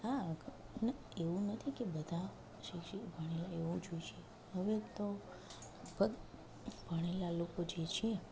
હા એવું નથી કે બધા શિક્ષિત ભણેલા એવાં જ હોય છે હવે તો ભ ભણેલાં લોકો જે છે